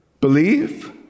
believe